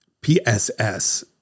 PSS